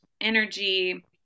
energy